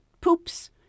poops